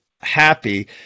happy